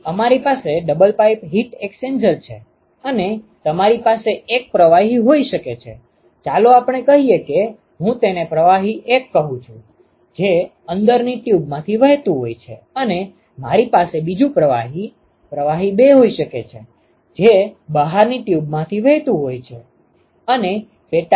તેથી અમારી પાસે ડબલ પાઇપ હીટ એક્સ્ચેન્જર છે અને તમારી પાસે એક પ્રવાહી હોઈ શકે છે ચાલો આપણે કહીએ કે હું તેને પ્રવાહી 1 કહું છું જે અંદરની ટ્યુબમાંથી વહેતું હોય છે અને મારી પાસે બીજું પ્રવાહી પ્રવાહી 2 હોઈ શકે છે જે બહારની ટ્યુબમાંથી વહેતું હોય છે